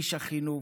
איש החינוך,